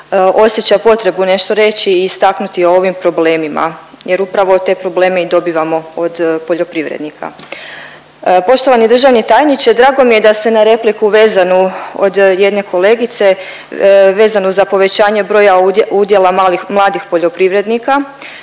osjeća potrebu nešto reći i istaknuti o ovim problemima jer upravo te probleme i dobivamo od poljoprivrednika. Poštovani državni tajniče, drago mi je da ste na repliku vezanu od jedne kolegice vezano za povećanje broja udjela mladih poljoprivrednika